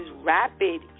rapid